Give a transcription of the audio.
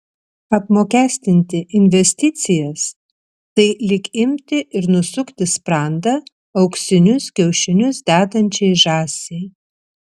apmokestinti investicijas tai lyg imti ir nusukti sprandą auksinius kiaušinius dedančiai žąsiai